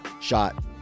shot